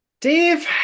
Dave